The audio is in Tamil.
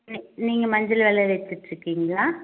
ம் நீங்கள் மஞ்சள் விளைய வெச்சுட்ருக்கீங்களா